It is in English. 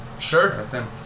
Sure